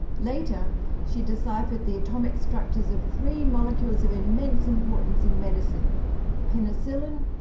later she deciphered the atomic structures of three molecules of immense importance in medicine penicillin,